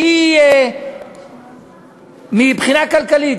שמבחינה כלכלית,